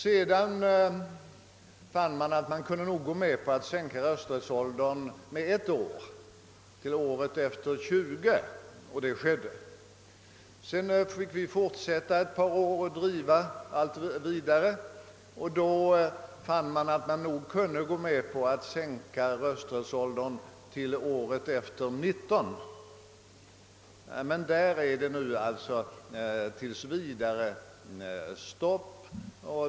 Sedan fann man att man kunde gå med på en sänkning av rösträttsåldern med ett år, till året efter 20, och så genomfördes denna sänkning. Därefter fortsatte vi ett par år med ansträngningarna att sänka rösträttsåldern och då fann de andra att man kunde gå med på att sänka rösträttsåldern till året efter 19. Men där är det nu stopp tills vidare.